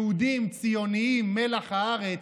יהודים ציונים, מלח הארץ,